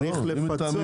צריך לפצות.